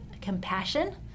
compassion